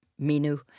Minu